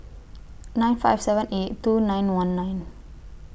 nine five seven eight two nine one nine